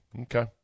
Okay